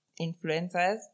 influencers